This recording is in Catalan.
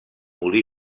molí